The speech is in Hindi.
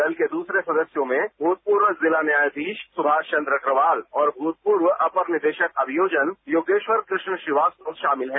दल के दूसरे सदस्यों में भूतपूर्व जिला न्यायाधीश सुभाष चंद्र अग्रवाल और भूतपूर्व अपर निदेशक अभियोजन योगेश्वर कृष्ण श्रीवास्तव शामिल हैं